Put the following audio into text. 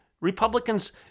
Republicans